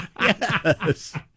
Yes